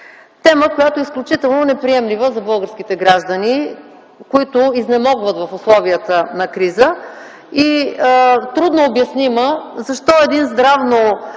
Темата е изключително неприемлива за българските граждани, които изнемогват в условията на криза, и трудно обяснима. Защо един